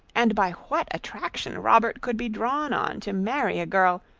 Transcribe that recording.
and by what attraction robert could be drawn on to marry a girl,